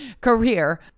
career